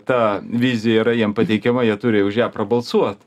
ta vizija yra jiem pateikiama jie turi už ją prabalsuot